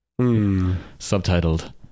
Subtitled